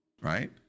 Right